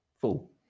full